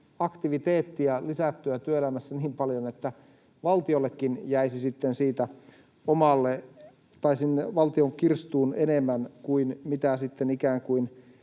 aktiviteettia työelämässä niin paljon, että valtiollekin jäisi sitten sinne valtion kirstuun enemmän kuin mitä ikään kuin